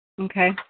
Okay